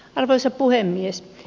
arvoisa puhemies